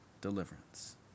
deliverance